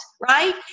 right